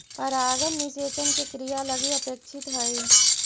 परागण निषेचन के क्रिया लगी अपेक्षित हइ